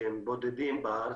שהם בודדים בארץ,